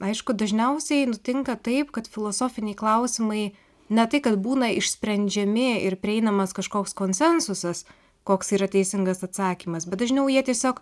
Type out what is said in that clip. aišku dažniausiai nutinka taip kad filosofiniai klausimai ne tai kad būna išsprendžiami ir prieinamas kažkoks konsensusas koks yra teisingas atsakymas bet dažniau jie tiesiog